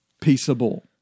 peaceable